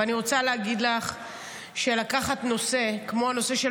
ואני רוצה להגיד לך שלקחת נושא כמו הנושא של